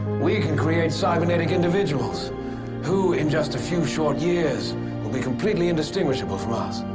we can create cybernetic individuals who, in just a few short years will be completely indistinguishable from us.